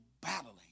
battling